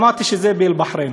שמעתי שזה באל-בחריין.